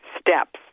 steps